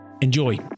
Enjoy